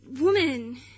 woman